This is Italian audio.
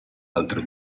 altre